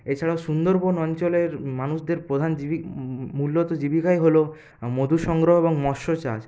এছাড়াও সুন্দরবন অঞ্চলের মানুষদের প্রধান জীবিকা মূলত জীবিকাই হল মধু সংগ্রহ এবং মৎস্য চাষ